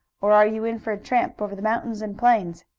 or are you in for a tramp over the mountains and plains?